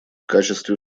качестве